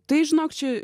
tai žinok čia